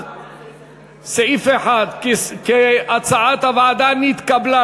סעיף 1, כהצעת הוועדה, נתקבל.